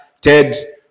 ted